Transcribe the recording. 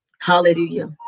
Hallelujah